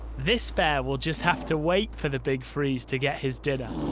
this bear will just have to wait for the big freeze to get his dinner,